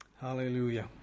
Hallelujah